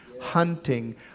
hunting